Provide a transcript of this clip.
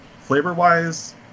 flavor-wise